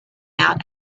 out